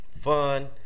fun